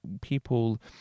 people